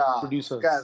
producers